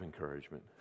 encouragement